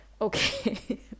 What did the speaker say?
okay